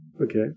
Okay